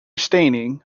staining